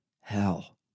hell